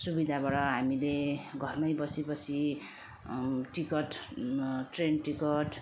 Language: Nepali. सुविधाबाट हामीले घरमै बसी बसी टिकट ट्रेन टिकट